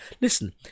Listen